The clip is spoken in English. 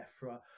Ephra